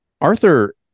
Arthur